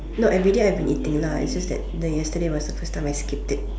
no everyday I've been eating lah it's just that the yesterday was the first time I skipped it